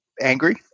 angry